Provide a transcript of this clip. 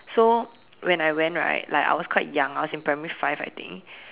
so when I went right like I was quite young I was in primary five I think